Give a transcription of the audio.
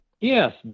Yes